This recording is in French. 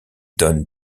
donne